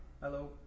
Hello